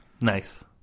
Nice